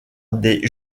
des